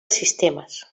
sistemes